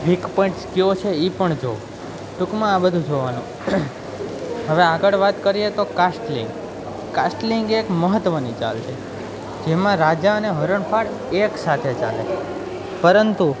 week points કેવો છે એ પણ જોવો ટુંકમાં આ બધું જોવાનું હવે આગળ વાત કરીએ તો કાષ્ટલિંગ કાષ્ટલિંગ એક મહત્ત્વની ચાલ છે જેમાં રાજા અને હરણફાડ એકસાથે ચાલે પરંતુ